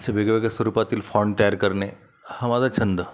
असे वेगवेगळ्या स्वरूपातील फॉन्ट तयार करणे हा माझा छंद